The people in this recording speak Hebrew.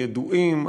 ידועים,